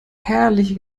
herrliche